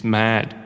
mad